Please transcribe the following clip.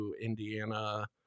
Indiana